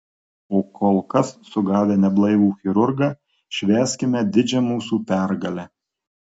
o kol kas sugavę neblaivų chirurgą švęskime didžią mūsų pergalę